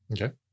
Okay